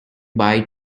buy